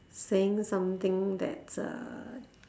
saying something that's uh